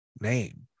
name